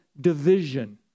division